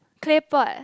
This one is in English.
pepper